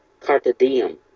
cartadium